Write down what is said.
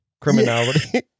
Criminality